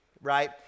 right